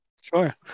Sure